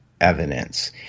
evidence